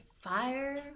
Fire